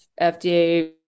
FDA